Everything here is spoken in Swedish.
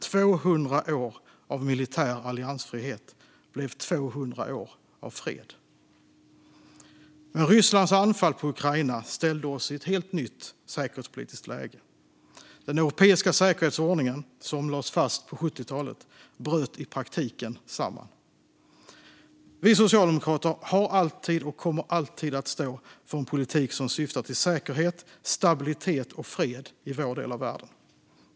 200 år av militär alliansfrihet blev 200 år av fred. Men Rysslands anfall på Ukraina ställde oss i ett helt nytt säkerhetspolitiskt läge. Den europeiska säkerhetsordningen som lades fast på 70-talet bröt i praktiken samman. Vi socialdemokrater har alltid och kommer alltid att stå för en politik som syftar till säkerhet, stabilitet och fred i vår del av världen.